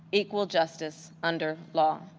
equal justice, under law.